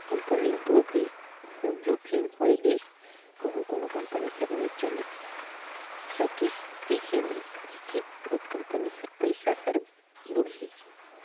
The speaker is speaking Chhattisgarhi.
कंपनी दो हे कहों जोखिम होए गइस कहों कोनो कंपनी हर नी चले सकिस अइसे में एके गोट कंपनी कर पइसा हर बुड़ही